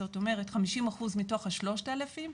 זאת אומרת 50% מתוך ה-3,000,